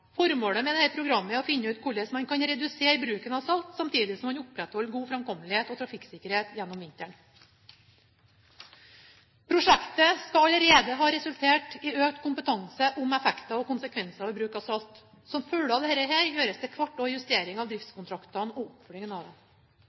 Formålet med dette programmet er å finne ut hvordan man kan redusere bruken av salt samtidig som man opprettholder god framkommelighet og trafikksikkerhet gjennom vinteren. Prosjektet skal allerede ha resultert i økt kompetanse om effekter og konsekvenser ved bruk av salt. Som følge av dette gjøres det hvert år justeringer av driftskontraktene og oppfølging av dem.